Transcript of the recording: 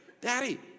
Daddy